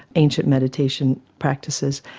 ancient meditation practices.